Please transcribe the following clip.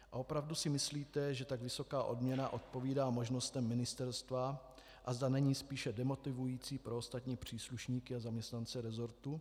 A opravdu si myslíte, že tak vysoká odměna odpovídá možnostem ministerstva a zda není spíše demotivující pro ostatní příslušníky a zaměstnance resortu?